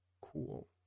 cool